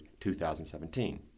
2017